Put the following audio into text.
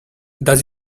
does